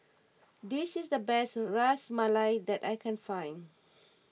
this is the best Ras Malai that I can find